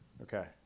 okay